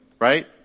right